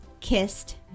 kissed